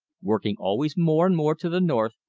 working always more and more to the north,